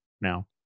now